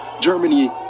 Germany